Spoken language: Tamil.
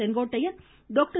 செங்கோட்டையன் டாக்டர்